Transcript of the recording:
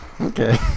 okay